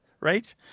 right